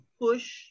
push